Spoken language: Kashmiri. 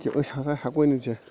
کہِ أسۍ ہَسا ہیٚکوے نہٕ ژےٚ